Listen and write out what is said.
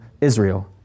Israel